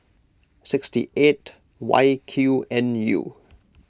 six eight Y Q N U